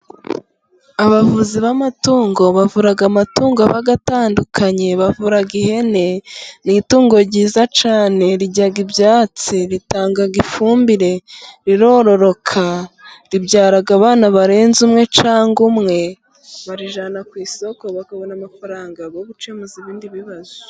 Abavuzi b'amatungo bavura amatungo aba atandukanye bavura ihene. Ni itungo ryiza cyane rirya ibyatsi, ritanga ifumbire, rirororoka ribyara abana barenze umwe cyangwa umwe, barijyana ku isoko bakabona amafaranga yo gukemuza ibindi bibazo.